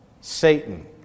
Satan